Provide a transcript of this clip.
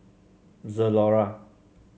zalora